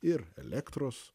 ir elektros